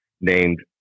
named